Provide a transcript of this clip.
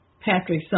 Patrick